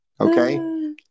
Okay